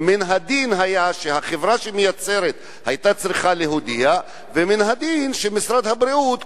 מן הדין היה שהחברה שמייצרת תודיע ומן הדין שמשרד הבריאות,